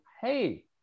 hey